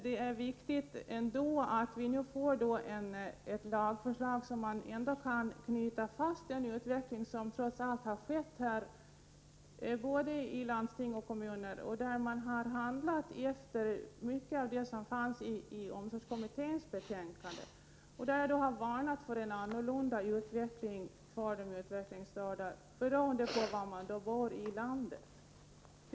Det är ändå viktigt att vi nu får ett lagförslag, så att man kan fastlägga den utveckling som trots allt har skett både i landsting och i kommuner. Man har där handlat i enlighet med mycket av det som fanns i omsorgskommitténs betänkande. Det har i betänkandet varnats för annorlunda utveckling för de utvecklingsstörda beroende på var de bor i landet.